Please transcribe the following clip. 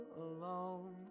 alone